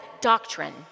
doctrine